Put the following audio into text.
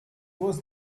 was